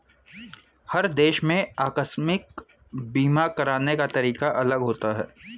हर देश के आकस्मिक बीमा कराने का तरीका अलग होता है